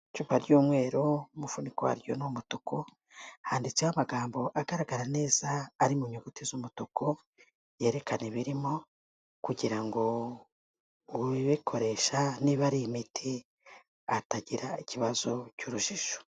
Icupa ry'umweru umufuniko waryo n'umutuku, handitseho amagambo agaragara neza ari mu nyuguti z'umutuku, yerekana ibirimo kugira ngo ubikoresha niba ari imiti atagira ikibazo cy'urujijo.